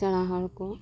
ᱥᱮᱬᱟ ᱦᱚᱲ ᱠᱚ